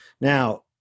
now